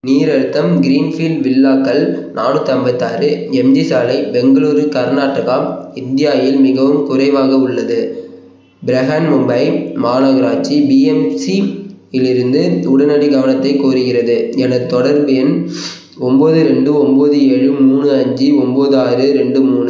நீர் அழுத்தம் க்ரீன்ஃபீல்ட் வில்லாக்கள் நானூற்றைம்பத்தாறு எம் ஜி சாலை பெங்களூரு கர்நாடகா இந்தியாயில் மிகவும் குறைவாக உள்ளது பிரஹன்மும்பை மாநகராட்சி பி எம் சி இலிருந்து உடனடி கவனத்தை கோருகிறது எனது தொடர்பு எண் ஒம்போது ரெண்டு ஒம்போது ஏழு மூணு அஞ்சு ஒம்போது ஆறு ரெண்டு மூணு